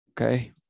okay